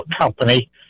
company